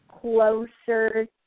closer